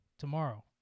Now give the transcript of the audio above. Tomorrow